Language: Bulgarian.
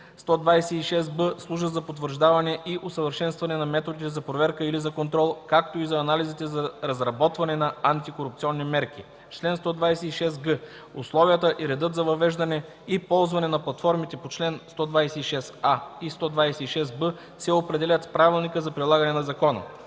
126б служат за потвърждаване и усъвършенстване на методите за проверка или за контрол, както и за анализите за разработване на антикорупционни мерки. Чл. 126г. Условията и редът за въвеждане и ползване на платформите по чл. 126а и 126б се определят с правилника за прилагане на закона.”